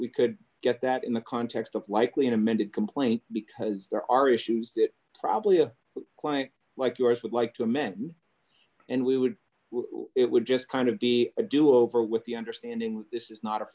we could get that in the context of likely an amended complaint because there are issues that probably a client like yours would like to mention and we would it would just kind of be a do over with the understanding this is not a